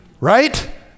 Right